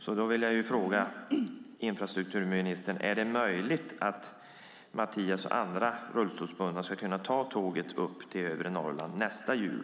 Därför vill jag ställa följande fråga till infrastrukturministern: Är det möjligt att Mattias och andra rullstolsbundna ska kunna ta tåget upp till övre Norrland nästa jul?